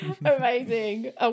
Amazing